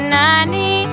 ninety